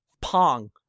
Pong